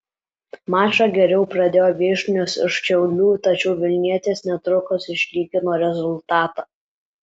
mačą geriau pradėjo viešnios iš šiaulių tačiau vilnietės netrukus išlygino rezultatą